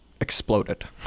exploded